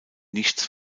nichts